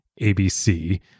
ABC